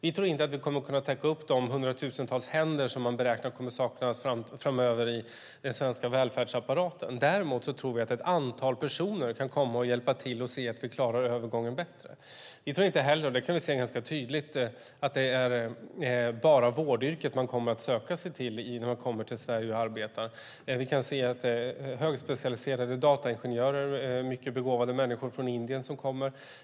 Vi tror inte att vi kommer att kunna täcka upp de hundratusentals händer som man beräknar kommer att saknas framöver i den svenska välfärdsapparaten. Däremot tror vi att ett antal personer kan komma och hjälpa till så att vi klarar övergången bättre. Vi tror inte heller - det kan vi se ganska tydligt - att det bara är vårdyrket man kommer att söka sig till när man kommer till Sverige och arbetar. Vi kan se att det är högspecialiserade dataingenjörer, mycket begåvade människor från Indien, som kommer.